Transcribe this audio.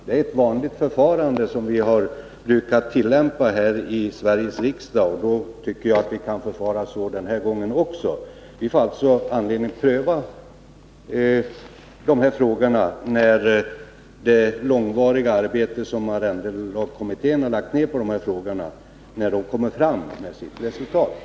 Det är ett vanligt förfarande, som vi har brukat tillämpa här i Sveriges riksdag. Då tycker jag att vi kan förfara så den här gången också. Vi får alltså anledning att pröva de här frågorna när det långvariga arbete som arrendelagskommittén lagt ned på de här frågorna lett till resultat i form av ett betänkande.